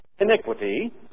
iniquity